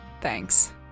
thanks